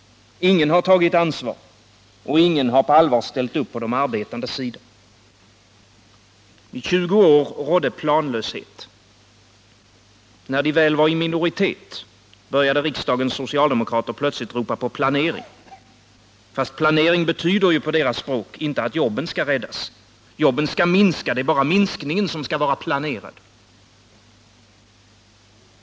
Ingen har tagit ansvar och ingen har på allvar ställt upp på de arbetandes sida. Under 20 år rådde planlöshet. När de väl var i minoritet började riksdagens socialdemokrater plötsligt ropa på planering, fast planering betyder på deras språk inte att jobben skall räddas — jobben skall minska. Det är bara minskningen som skall vara planerad.